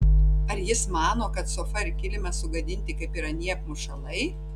ar jis mano kad sofa ir kilimas sugadinti kaip ir anie apmušalai